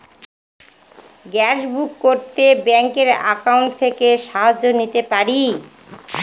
Gas book করতে ব্যাংকের account থেকে সাহায্য নিতে পারি?